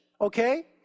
Okay